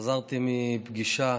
חזרתי מפגישה